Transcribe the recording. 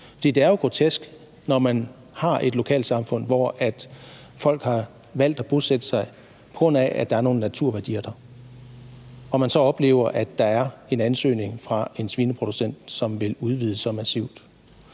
det er jo grotesk, at man, når man har et lokalsamfund, hvor folk har valgt at bosætte sig på grund af, at der er nogle naturværdier, så oplever, at der er en ansøgning fra en svineproducent, som vil udvide så massivt.